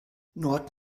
nord